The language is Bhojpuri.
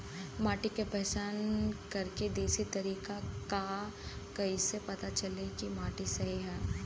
माटी क पहचान करके देशी तरीका का ह कईसे पता चली कि माटी सही ह?